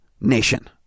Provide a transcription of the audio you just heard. nation